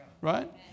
right